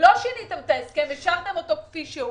לא שיניתם את ההסכם אלא השארתם אותו כפי שהוא.